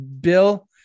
Bill